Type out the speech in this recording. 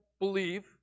believe